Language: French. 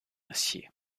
acier